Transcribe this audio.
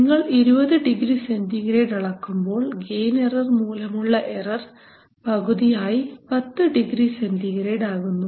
നിങ്ങൾ 20 degree centigrade അളക്കുമ്പോൾ gain error മൂലമുള്ള എറർ പകുതിയായി 10 ഡിഗ്രി സെൻറിഗ്രേഡ് ആകുന്നു